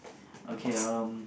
okay um